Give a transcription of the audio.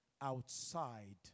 outside